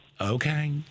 Okay